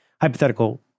hypothetical